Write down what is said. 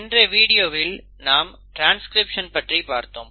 சென்ற வீடியோவில் நாம் ட்ரான்ஸ்கிரிப்ஷன் பற்றி பார்த்தோம்